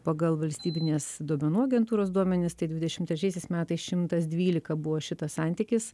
pagal valstybinės duomenų agentūros duomenis tai dvidešim trečiaisiais metais šimtas dvylika buvo šitas santykis